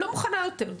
לא מוכנה יותר.